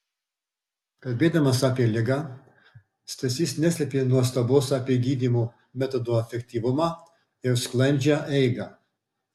kalbėdamas apie ligą stasys neslėpė nuostabos apie gydymo metodo efektyvumą ir sklandžią eigą